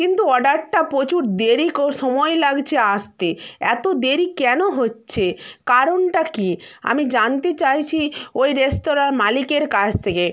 কিন্তু অর্ডারটা প্রচুর দেরি কো সময় লাগছে আসতে এতো দেরি কেন হচ্ছে কারণটা কী আমি জানতে চাইছি ওই রেস্তোরাঁর মালিকের কাছ থেকে